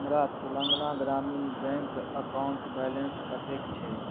हमरा तेलङ्गाना ग्रामीण bank account balance कतेक छै